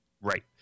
Right